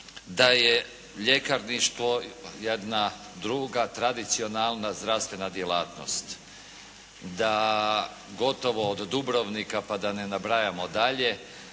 da je ljekarništvo jedna duga tradicionalna zdravstvena djelatnost, da gotovo do Dubrovnika pa da ne nabrajamo dalje